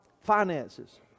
Finances